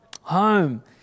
home